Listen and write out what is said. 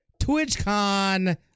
TwitchCon